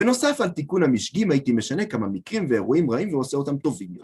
בנוסף, על תיקון המשגים, הייתי משנה כמה מקרים ואירועים רעים ועושה אותם טובים.